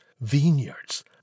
vineyards